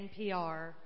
NPR